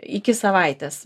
iki savaitės